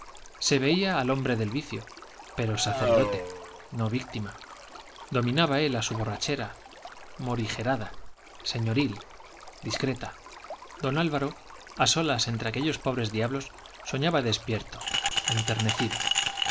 se veía al hombre del vicio pero sacerdote no víctima dominaba él a su borrachera morigerada señoril discreta don álvaro a solas entre aquellos pobres diablos soñaba despierto enternecido